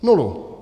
Nulu.